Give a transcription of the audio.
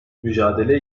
mücadele